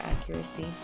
accuracy